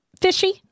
fishy